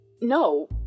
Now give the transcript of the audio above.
No